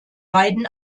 beiden